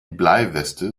bleiweste